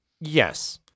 Yes